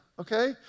Okay